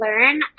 learn